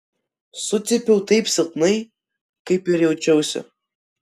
sucypiau taip silpnai kaip ir jaučiausi